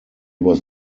was